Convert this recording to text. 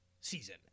season